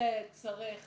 ילד צריך